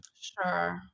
sure